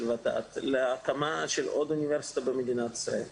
ות"ת להקמה של עוד אוניברסיטה במדינת ישראל.